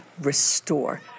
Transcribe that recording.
restore